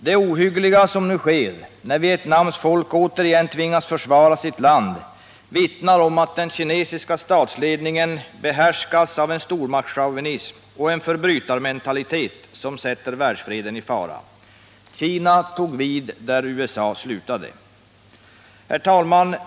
Det ohyggliga som nu sker, när Vietnams folk återigen tvingas försvara sitt land, vittnar om att den kinesiska statsledningen behärskas av en stormaktschauvinism och förbrytarmentalitet som sätter världsfreden i fara. Kina tog vid där USA slutade. Herr talman!